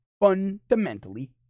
fundamentally